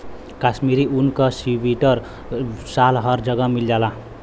कशमीरी ऊन क सीवटर साल हर जगह मिल जाला